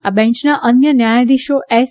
આ બેંચના અન્ય ન્યાયાધીશો એસ